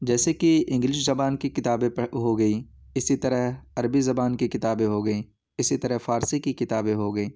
جیسے کہ انگلش زبان کی کتابیں ہو گئیں اسی طرح عربی زبان کی کتابیں ہو گئیں اسی طرح فارسی کی کتابیں ہو گئیں